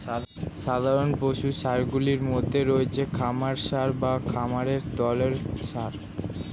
সাধারণ পশু সারগুলির মধ্যে রয়েছে খামার সার বা খামারের তরল সার